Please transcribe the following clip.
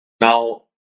Now